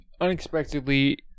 unexpectedly